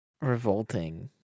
Revolting